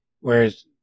Whereas